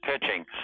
pitching